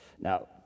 Now